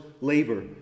labor